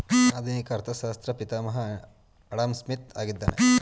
ಆಧುನಿಕ ಅರ್ಥಶಾಸ್ತ್ರ ಪಿತಾಮಹ ಆಡಂಸ್ಮಿತ್ ಆಗಿದ್ದಾನೆ